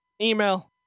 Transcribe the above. Email